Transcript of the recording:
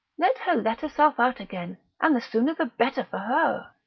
let her let herself out again, and the sooner the better for her!